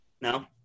No